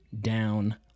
down